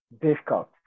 difficult